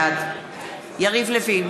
בעד יריב לוין,